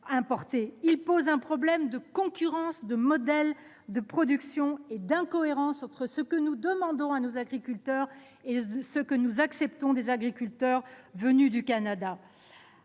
engendre une concurrence des modèles de production et une incohérence entre ce que nous demandons à nos agriculteurs et ce que nous acceptons des agriculteurs canadiens.